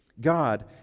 God